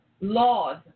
laws